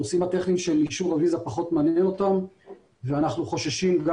הנושאים הטכניים של אישור הוויזה פחות מעניין אותם ואנחנו חוששים.